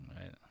right